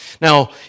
now